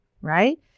right